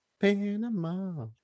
Panama